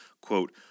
quote